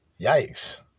Yikes